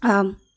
ஆம்